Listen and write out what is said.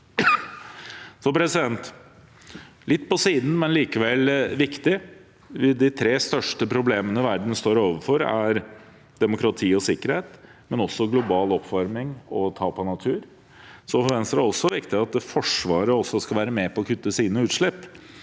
stå bak den. Litt på siden, men likevel viktig: De tre største problemene verden står overfor, er demokrati og sikkerhet, men også global oppvarming og tap av natur. For Venstre er det også viktig at Forsvaret skal være med på å kutte sine utslipp